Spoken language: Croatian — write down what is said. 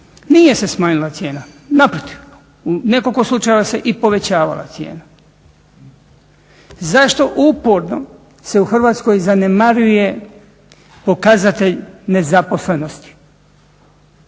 Nije se smanjila cijena, naprotiv, u nekoliko slučajeva se i povećavala cijena. Zašto uporno se u Hrvatskoj zanemaruje pokazatelj nezaposlenosti